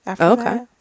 Okay